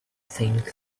think